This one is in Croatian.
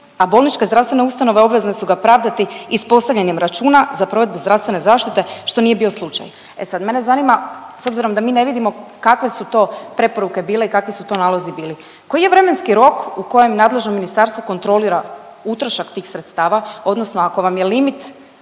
a bolničke zdravstvene ustanove obvezne su ga pravdati ispostavljanjem računa za provedbu zdravstvene zaštite, što nije bio slučaj. E sad, mene zanima s obzirom da mi ne vidimo kakve su to preporuke bile i kakvi su to nalazi bili, koji je vremenski rok u kojem nadležno ministarstvo kontrolira utrošak tih sredstava odnosno ako vam je limit